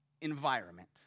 environment